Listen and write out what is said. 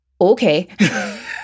okay